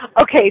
Okay